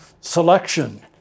Selection